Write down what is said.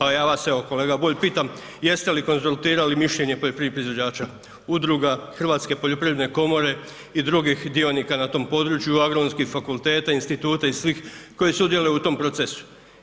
Pa ja vas evo kolega Bulj pitam jeste li konzultirali mišljenje poljoprivrednih proizvođača, udruga, Hrvatske poljoprivredne komore i drugih dionika na tom području, Agronomskih fakulteta, instituta i svih koji sudjeluju u tom procesu?